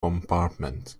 compartment